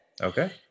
Okay